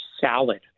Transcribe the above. salad